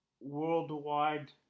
worldwide